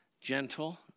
gentle